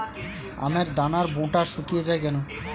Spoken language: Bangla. আমের দানার বোঁটা শুকিয়ে য়ায় কেন?